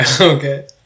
Okay